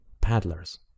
paddlers